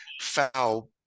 foul